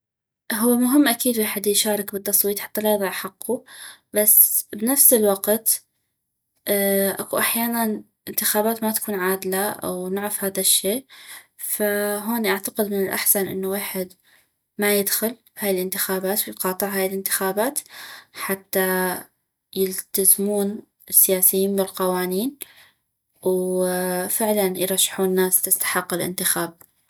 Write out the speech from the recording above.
هو مهم اكيد ويحد يشارك بالتصويت حتى لا يضيع حقو بس بنفس الوقت اكو احيانا انتخابات ما تكون عادلة و نعف هذا الشي فهوني اعتقد من الاحسن انو ويحد ما يدخل هاي الانتخابات ويقاطع هاي الانتخابات حتى يلتزمون السياسيين بالقوانين وفعلا يرشحون ناس تستحق الانتخاب